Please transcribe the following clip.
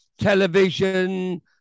television